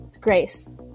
Grace